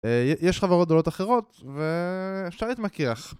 יש חברות גדולות אחרות, ו... אפשר להתמקח